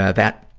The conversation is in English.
ah that,